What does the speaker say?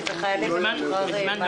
כי זה חיילים משוחררים.